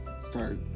Start